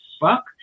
fuck